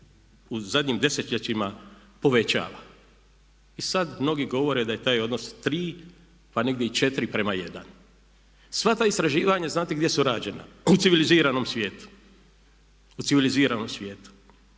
u zadnjim desetljećima povećava. I sad mnogi govore da je taj odnos 3 pa negdje i 4:1. Sva ta istraživanja znate gdje su rađena? U civiliziranom svijetu. Nikad žena nije